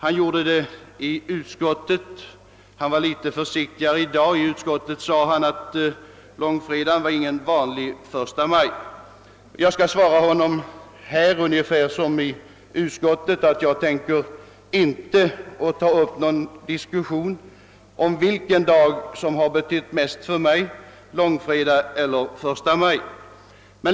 Han gjorde det också i utskottet, men han var i dag något försiktigare. I utskottet sade han att långfredagen inte är »någon vanlig första maj». Jag skall liksom jag gjorde i utskottet svara honom, att jag inte tänker gå in på något resonemang om vilken dag som betytt mest för mig, långfredagen eller första maj.